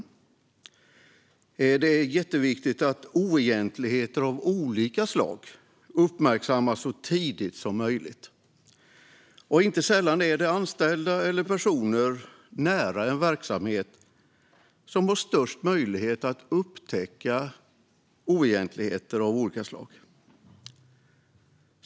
Genomförande av visselblåsardirektivet Det är jätteviktigt att oegentligheter av olika slag uppmärksammas så tidigt som möjligt. Inte sällan är det anställda eller personer nära en verksamhet som har störst möjlighet att upptäcka oegentligheter av olika slag.